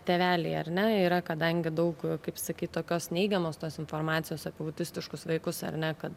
tėveliai ar ne yra kadangi daug kaip sakyt tokios neigiamos tos informacijos apie autistiškus vaikus ar ne kad